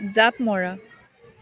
জাঁপ মৰা